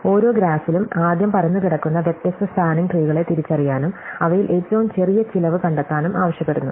ഓരോ ഗ്രാഫിലും ആദ്യം പരന്നുകിടക്കുന്ന വ്യത്യസ്ത സ്പാന്നിംഗ് ട്രീകളെ തിരിച്ചറിയാനും അവയിൽ ഏറ്റവും ചെറിയ ചിലവ് കണ്ടെത്താനും ആവശ്യപ്പെടുന്നു